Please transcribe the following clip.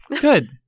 Good